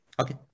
Okay